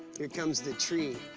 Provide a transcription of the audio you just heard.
here comes the tree.